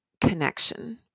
connection